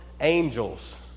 angels